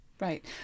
Right